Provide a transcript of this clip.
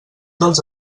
dels